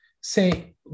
say